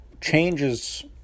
changes